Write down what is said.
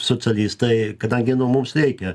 socialistai kadangi mums reikia